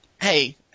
Hey